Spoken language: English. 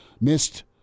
missed